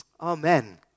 Amen